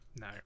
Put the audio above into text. No